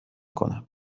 کنم